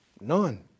none